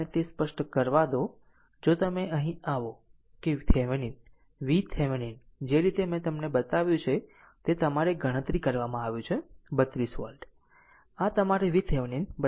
આમ મને તે સ્પષ્ટ કરવા દો જો તમે અહીં આવો કે થેવેનિન VThevenin જે રીતે મેં તમને બતાવ્યું છે તે તમારી ગણતરી કરવામાં આવ્યું છે 32 વોલ્ટ છે